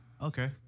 Okay